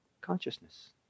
consciousness